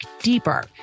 deeper